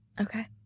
Okay